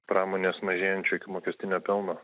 pramonės mažėjančio ikimokestinio pelno